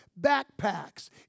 backpacks